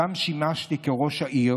ששם שימשתי כראש העיר,